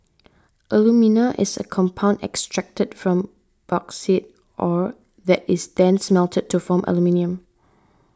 alumina is a compound extracted from bauxite ore that is then smelted to form aluminium